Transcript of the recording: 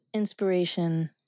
Inspiration